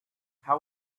how